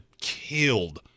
killed